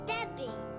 Debbie